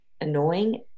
annoying